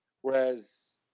Whereas